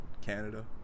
Canada